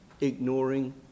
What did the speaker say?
Ignoring